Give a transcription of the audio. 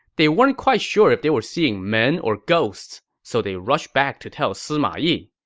they weren't quite sure if they were seeing men or ghosts, so they rushed back to tell sima yi.